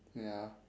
ya